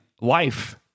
life